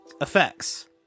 effects